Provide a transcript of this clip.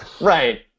Right